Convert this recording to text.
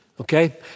Okay